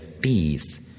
Peace